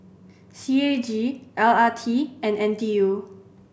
C A G L R T and N T U